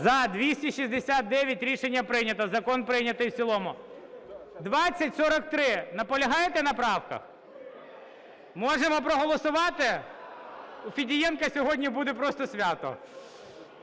За-269 Рішення прийнято. Закон прийнятий в цілому. 2043 – наполягаєте на правках? Можемо проголосувати? У Федієнка сьогодні буде просто свято.